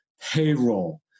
Payroll